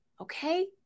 okay